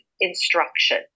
instruction